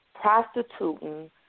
Prostituting